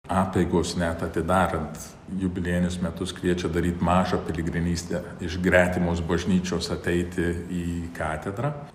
apeigos net atidarant jubiliejinius metus kviečia daryt mažą piligrimystę iš gretimos bažnyčios ateiti į katedrą